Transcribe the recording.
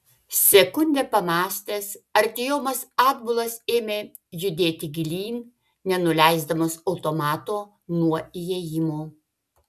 sekundę pamąstęs artiomas atbulas ėmė judėti gilyn nenuleisdamas automato nuo įėjimo